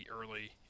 early